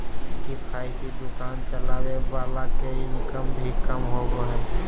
किफायती दुकान चलावे वाला के इनकम भी कम होबा हइ